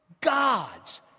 God's